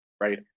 right